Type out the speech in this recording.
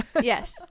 Yes